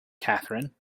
catherine